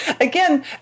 again